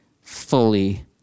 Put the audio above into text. fully